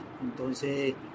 Entonces